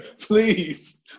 Please